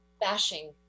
bashing